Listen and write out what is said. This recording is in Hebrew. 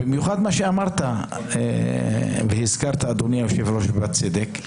במיוחד מה שאמרת והזכרת, אדוני היושב-ראש, ובצדק,